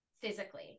physically